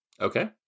Okay